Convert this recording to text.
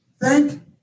thank